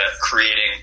creating